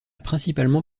principalement